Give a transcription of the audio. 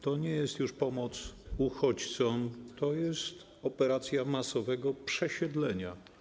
To nie jest już pomoc uchodźcom, to jest operacja masowego przesiedlenia.